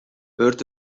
өрт